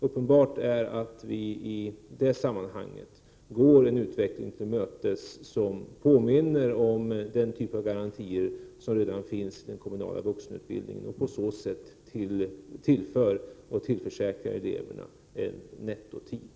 Uppenbart är att vi i det sammanhanget går en utveckling till mötes som påminner om den typ av garantier som redan finns i den kommunala vuxenutbildningen, och på så sätt tillförsäkrar eleverna en nettotid.